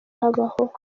habaho